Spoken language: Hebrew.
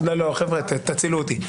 טיפלנו,